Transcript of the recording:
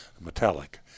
metallic